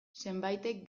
zenbaitek